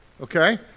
okay